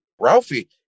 Ralphie